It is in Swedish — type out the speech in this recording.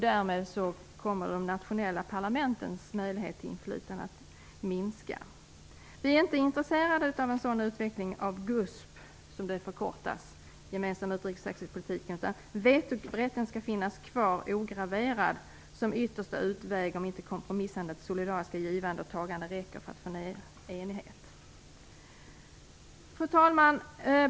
Därmed kommer de nationella parlamentens möjlighet till inflytande att minska. Vi är inte intresserade av en sådan utveckling av den gemensamma utrikes och säkerhetspolitiken, GUSP. Vetorätten skall finnas kvar ograverad som yttersta utväg om inte kompromissandets solidariska givande och tagande räcker för att nå enighet. Fru talman!